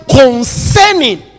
concerning